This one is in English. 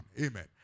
amen